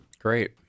great